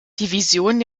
division